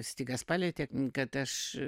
stygas palietė kad aš